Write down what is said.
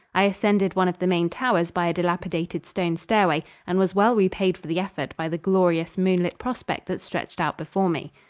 i ascended one of the main towers by a dilapidated stone stairway and was well repaid for the effort by the glorious moonlit prospect that stretched out before me.